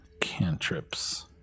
cantrips